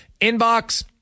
inbox